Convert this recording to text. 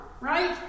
right